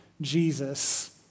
Jesus